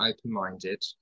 open-minded